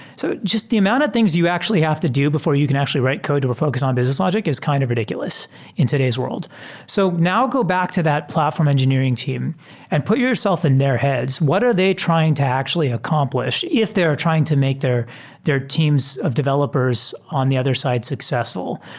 so just the amount of things you actually have to do before you can actually write code to a focus on business logic is kind of rid iculous in today's wor ld. so now go back to that platform engineering team and put yourself in their heads. what are they trying to actually accompl ish if they are trying to make their their teams of developers on the other side successful?